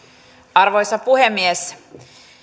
arvoisa puhemies